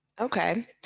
Okay